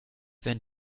wenn